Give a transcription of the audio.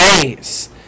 days